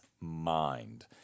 mind